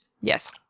Yes